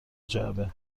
جعبه